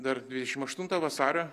dar dvidešim aštuntą vasario